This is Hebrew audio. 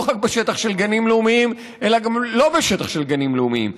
לא רק בשטח של גנים לאומיים אלא גם לא בשטח של גנים לאומיים.